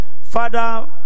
Father